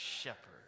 shepherd